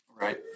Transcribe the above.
Right